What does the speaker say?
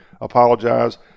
apologize